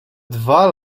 dwa